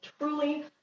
truly